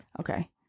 Okay